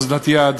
אוזלת יד,